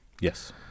yes